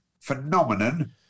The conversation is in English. phenomenon